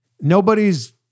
Nobody's